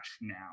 now